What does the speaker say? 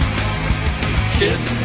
Kiss